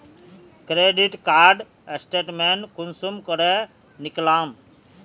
Credit card statement कुंसम करे निकलाम?